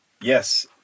yes